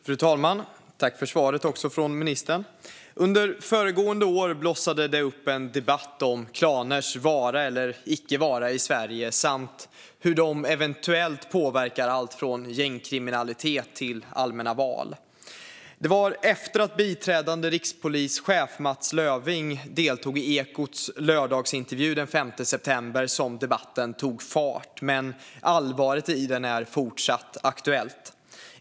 Fru talman! Jag tackar ministern för svaret. Under föregående år blossade det upp en debatt om klaners vara eller icke vara i Sverige samt om hur de eventuellt påverkar allt från gängkriminalitet till allmänna val. Det var efter att biträdande rikspolischef Mats Löfving deltog i Ekots lördagsintervju den 5 september som debatten tog fart, men allvaret i den är fortsatt aktuellt.